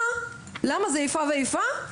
למה זה איפה ואיפה?".